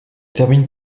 termine